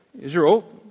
Israel